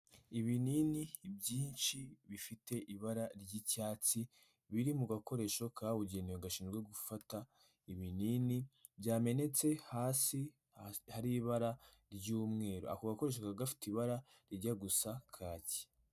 Ibinini byinshi bifite ibara ry'icyatsi, biri mu gakoresho kabugenewe gashinzwe gufata ibinini byamenetse hasi hari ibara ry'umweru, ako gakoresho kakaba gafite ibara rijya gusa kaki.